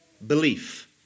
Belief